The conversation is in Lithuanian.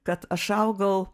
kad aš augau